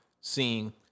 seeing